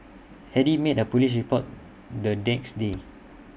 Eddy made A Police report the next day